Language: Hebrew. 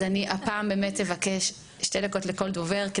אז הפעם אני באמת אבקש שכל דובר ידבר שתי דקות,